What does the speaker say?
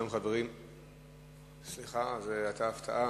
סליחה, הפתעה